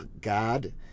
God